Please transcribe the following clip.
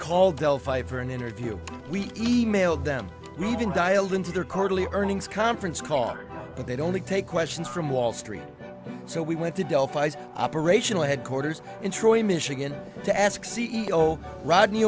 call delphi for an interview we emailed them even dialed into their quarterly earnings conference call but they don't take questions from wall street so we went to delphi's operational headquarters in troy michigan to ask c e o rodney